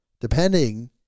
Depending